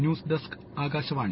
news desk Akashvani